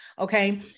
okay